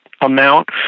amount